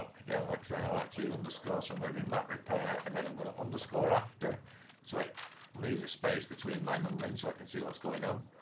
again like saying i like to to underscore so i'm going to be mac repair and then i'm going to underscore after so it leaves a space between my numbering so i can see what's going on